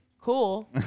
Cool